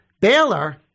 Baylor